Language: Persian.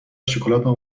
شکلاتمو